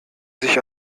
sich